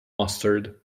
mustard